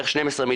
בערך 12 מיליון,